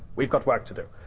we've got work to do,